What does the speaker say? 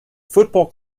football